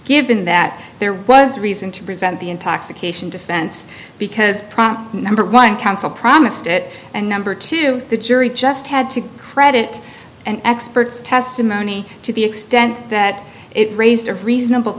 given that there was reason to present the intoxication defense because problem number one counsel promised it and number two the jury just had to credit an expert's testimony to the extent that it raised a reasonable